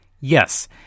Yes